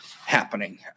happening